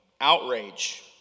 outrage